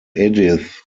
edith